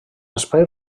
espai